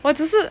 我只是